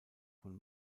von